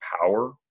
power